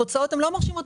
התוצאות לא מרשימות,